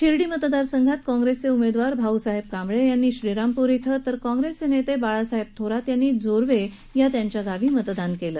शिर्डी मतदारसंघात काँग्रेस उमेदवार भाऊसाहेब कांबळे यांनी श्रीरामपूर इथं तर काँग्रेस नेते बाळासाहेब थोरात यांनी जोर्वे या त्यांच्या गावी मतदान केलं